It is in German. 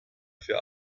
für